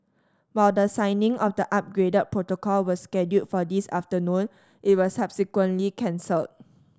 while the signing of the upgraded protocol was scheduled for this afternoon it was subsequently cancel